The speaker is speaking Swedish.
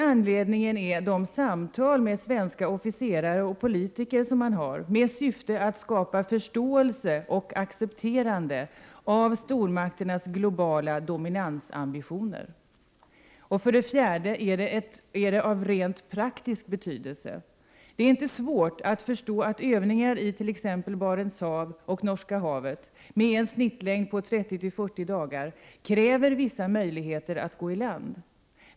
Att samtala med svenska officerare och politiker i syfte att skapa förståelse för och accepterande av stormakternas ambitioner att dominera globalt. 4. Den rent praktiska betydelsen. Det är inte svårt att förstå att det vid övningar i t.ex. Barents hav och Norska havet med en genomsnittslängd på 3040 dagar krävs vissa möjligheter att gå i land.